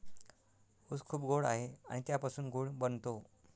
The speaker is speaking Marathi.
ऊस खूप गोड आहे आणि त्यापासून गूळ बनतो